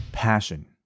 passion